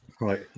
right